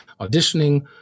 auditioning